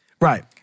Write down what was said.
Right